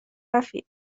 رفیق